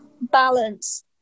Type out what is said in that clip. balance